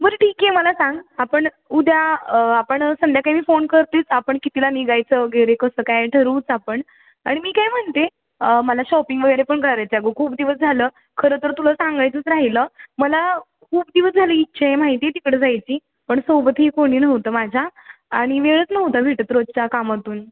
बरं ठीक आहे मला सांग आपण उद्या आपण संध्याकाळी मी फोन करतेच आपण कितीला निघायचं वगैरे कसं काय ठरवूच आपण आणि मी काय म्हणते मला शॉपिंग वगैरे पण करायचं अगं खूप दिवस झालं खरं तर तुला सांगायचंच राहिलं मला खूप दिवस झालं इच्छा आहे माहिती आहे तिकडं जायची पण सोबतही कोणी नव्हतं माझ्या आणि वेळच नव्हता भेटत रोजच्या कामातून